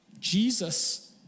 Jesus